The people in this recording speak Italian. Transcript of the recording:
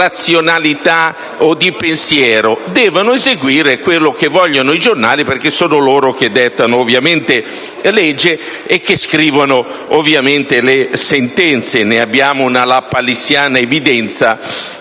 di razionalità o di pensiero: devono eseguire quello che vogliono i giornali, perché sono loro che dettano legge e che scrivono le sentenze. Ne abbiamo una lapalissiana evidenza